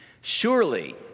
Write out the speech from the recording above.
Surely